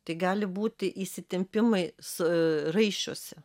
tai gali būti įsitempimai su raiščiuose